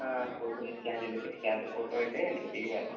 പോയിട്ട് ഒന്ന് സ്കാൻ ചെയ്തിട്ട് സ്കാൻ റിപ്പോർട്ടുമായിട്ട് എന്റെ അടുത്തേക്ക് വരണം